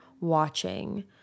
watching